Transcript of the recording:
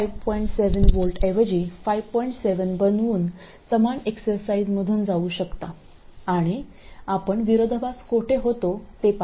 7V बनवून समान एक्सरसाइजमधुन जाऊ शकता आणि आपण विरोधाभास कोठे होतो ते पहा